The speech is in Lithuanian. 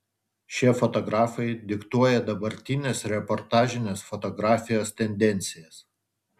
šie fotografai diktuoja dabartinės reportažinės fotografijos tendencijas